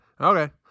Okay